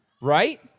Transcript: Right